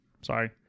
Sorry